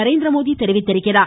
நரேந்திரமோடி தெரிவித்துள்ளார்